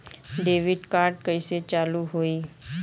Debit card कइसे चालू होई?